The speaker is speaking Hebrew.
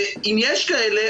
ואם יש כאלה,